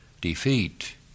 defeat